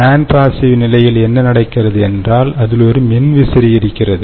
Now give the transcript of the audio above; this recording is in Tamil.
நான்பாசிவ் non passive நிலையில் என்ன நடக்கிறது என்றால் அதிலொரு மின்விசிறி இருக்கிறது